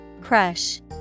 Crush